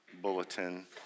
bulletin